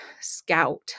scout